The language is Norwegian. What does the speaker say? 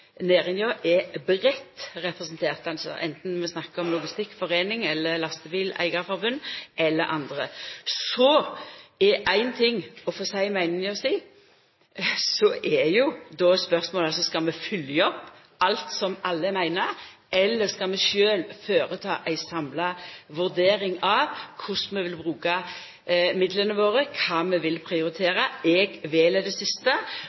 næringa er breitt representert – anten ein snakkar om Logistikkforeningen, Norges Lastebileier-Forbund eller andre. Éin ting er å få seia meininga si, men så er jo spørsmålet om vi skal følgja opp alt som alle meiner, eller skal vi sjølve føreta ei samla vurdering av korleis vi vil bruka midlane våre, kva vi vil prioritera? Eg vel det siste,